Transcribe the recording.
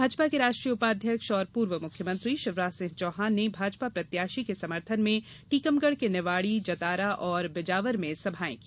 भाजपा के राष्ट्रीय उपाध्यक्ष एवं पूर्व मुख्यमंत्री शिवराज सिंह चौहान ने भाजपा प्रत्याशी के समर्थन में टीकमगढ़ के निवाड़ी जतारा और बिजावर में सभायें की